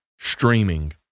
streaming